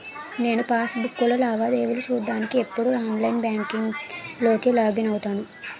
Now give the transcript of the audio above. నేను పాస్ బుక్కులో లావాదేవీలు చూడ్డానికి ఎప్పుడూ ఆన్లైన్ బాంకింక్ లోకే లాగిన్ అవుతాను